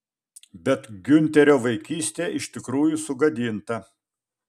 bet giunterio vaikystė iš tikrųjų sugadinta